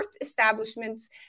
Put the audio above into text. establishments